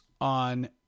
on